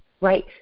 right